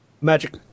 Magic